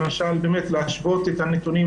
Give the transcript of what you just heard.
למשל להשוות את הנתונים,